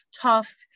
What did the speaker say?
tough